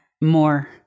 More